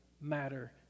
matter